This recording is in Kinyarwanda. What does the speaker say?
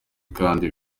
kandi